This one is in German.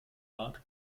bart